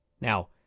Now